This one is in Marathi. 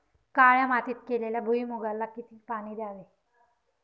काळ्या मातीत केलेल्या भुईमूगाला किती पाणी द्यावे?